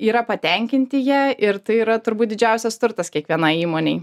yra patenkinti ja ir tai yra turbūt didžiausias turtas kiekvienai įmonei